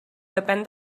depèn